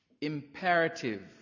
imperative